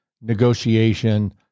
negotiation